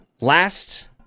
last